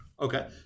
Okay